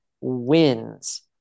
wins